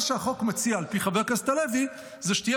מה שהחוק מציע על פי חבר הכנסת הלוי זה שתהיה